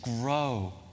grow